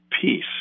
peace